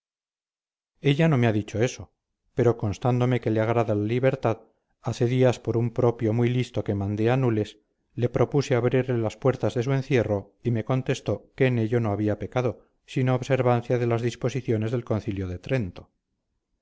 ella no me ha dicho eso pero constándome que le agrada la libertad hace días por un propio muy listo que mandé a nules le propuse abrirle las puertas de su encierro y me contestó que en ello no había pecado sino observancia de las disposiciones del concilio de trento